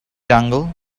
dongle